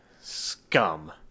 Scum